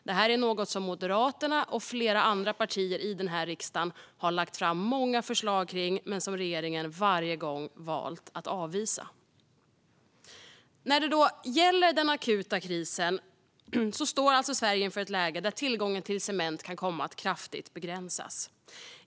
Detta är något som Moderaterna och flera andra partier här i riksdagen har lagt fram många förslag om men som regeringen varje gång har valt att avvisa. När det gäller den akuta krisen står Sverige alltså inför ett läge där tillgången till cement kan komma att kraftigt begränsas.